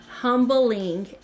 humbling